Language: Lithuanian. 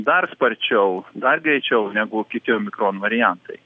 dar sparčiau dar greičiau negu kiti omikron variantai